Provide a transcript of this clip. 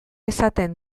esaten